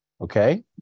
Okay